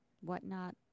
whatnot